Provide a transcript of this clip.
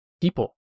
people